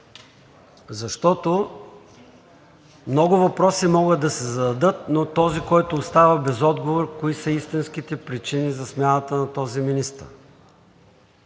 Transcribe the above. Защото много въпроси могат да се зададат, но този, който остава без отговор – кои са истинските причини за смяната на този министър.